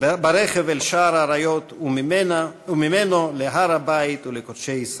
ברכב אל שער האריות וממנו להר הבית ולקודשי ישראל".